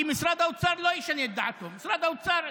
כי משרד האוצר לא ישנה את דעתו, משרד האוצר,